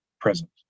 present